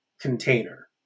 container